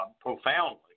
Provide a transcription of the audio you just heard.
profoundly